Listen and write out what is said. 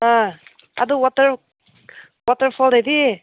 ꯑꯥ ꯑꯗꯨ ꯋꯥꯇꯔ ꯋꯥꯇꯔꯐꯣꯜꯗꯗꯤ